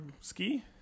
ski